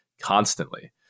constantly